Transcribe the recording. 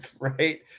right